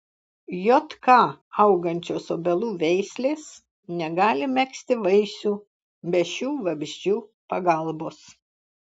jk augančios obelų veislės negali megzti vaisių be šių vabzdžių pagalbos